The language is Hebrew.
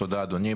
תודה, אדוני.